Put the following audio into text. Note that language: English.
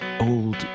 old